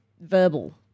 verbal